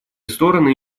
стороны